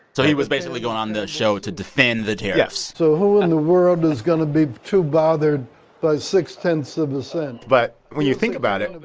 so he was basically going on the show to defend the tariffs yes so who in the world is going to be too bothered by six-tenths of a cent? but when you think about it, but